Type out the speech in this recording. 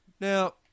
Now